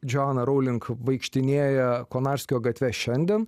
joanne rowling vaikštinėja konarskio gatve šiandien